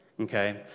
Okay